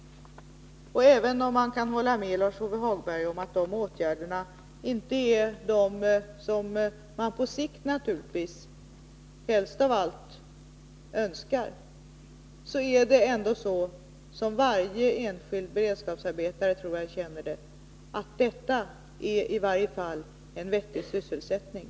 Och även om jag kan hålla med Lars-Ove Hagberg om att de här åtgärderna naturligtvis inte är de som man på sikt helst av allt önskar vidta är det ändå så, som väl varje enskild beredskapsarbetare känner det, att detta i varje fall är en vettig sysselsättning.